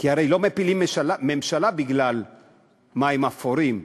כי הרי לא מפילים ממשלה בגלל מים אפורים,